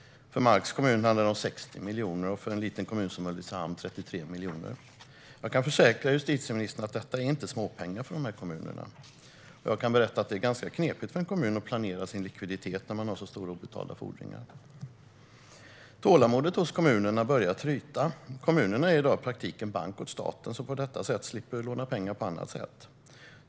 För Marks kommun handlar det om 60 miljoner, och för en liten kommun som Ulricehamn handlar det om 33 miljoner. Jag kan försäkra justitieministern om att detta inte är småpengar för kommunerna. Jag kan också berätta att det är ganska knepigt för en kommun att planera sin likviditet när den har så stora obetalda fordringar. Tålamodet hos kommunerna börjar tryta. Kommunerna är i dag i praktiken bank åt staten, som på detta sätt slipper låna pengar på annat sätt.